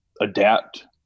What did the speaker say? adapt